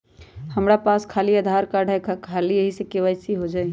हमरा पास खाली आधार कार्ड है, का ख़ाली यही से के.वाई.सी हो जाइ?